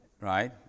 right